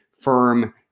firm